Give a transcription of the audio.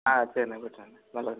ஆ சரிண்ணே போயிட்டு வாங்க நல்லதுண்ணே